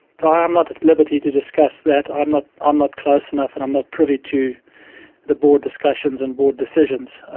di, i'm not at liberty to discuss that. i'm not um not close enough and i'm not privy to the board discussions and board decisions.